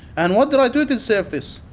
and what did i do to deserve this?